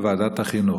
לוועדת החינוך?